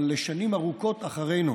אבל לשנים ארוכות אחרינו,